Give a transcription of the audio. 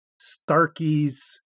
Starkey's